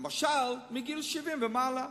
למשל, מגיל 70 ומעלה.